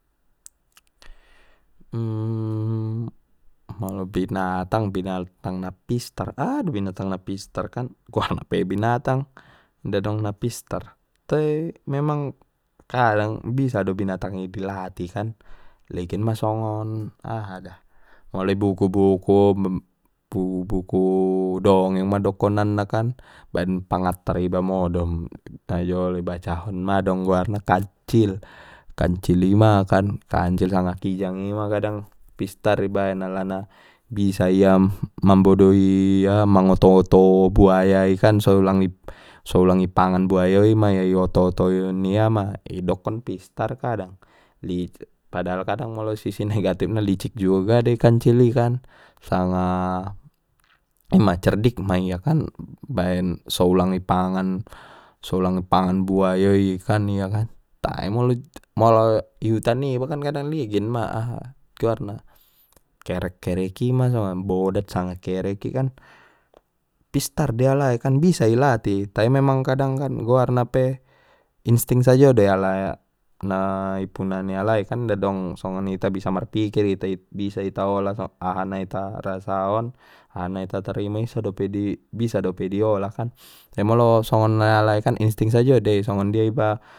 molo binatang binatang na pistar aha do binatang na pistar kan guarna pe binatang inda dong na pistar tai memang kadang bisa do binatang i dilatih kan ligin ma songon aha da molo di buku buku, buku buku dongeng mandokonna nakan baen pangattar iba modom najolo di bacahon ma dong goar na kancil, kancil ima kan kancil sanga kijang i ma kadang pistar i baen alana bisa mambodoi aha mngoto oto buaya i kan so ulang ipangan buayo i ma ia i oto otoon ia ma idokkon pistar kadang, padahal kadang molo sisi negatifna licik juo ga de kancili kan sanga ima cerdik ma ia baen so ulang ipangan so ulang i pangan buayo kan ia kan tae molo-molo i hutani ibakan ngana ligin ma aha goarna kerek kerek ima sanga bodat sanga kerek kereki kan, pistar de alai kan bisa i latih tai memang kadang kan goarna pe insting sajo dei ala na i puna ni alai kan inda dong songon hita bisa marpikir hita bisa ita olah aha na ita rasaaon aha na ita tarimo bisa dope di bisa dope di olahkan tai molo songon halai kan insting sajo dei songon dia iba.